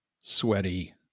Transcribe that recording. sweaty